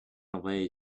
away